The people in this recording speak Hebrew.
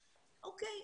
אוקיי,